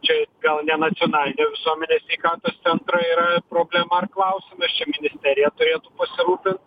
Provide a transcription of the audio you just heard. čia gal ne nacionalinio visuomenės sveikatos centro yra problema ar klausimas čia ministerija turėtų pasirūpint